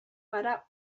gara